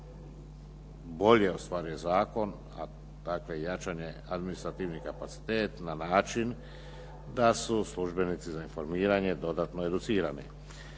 ostvaruje zakon a tako je jačan administrativni kapacitet na način da su službenici za informiranje dodatno educirani.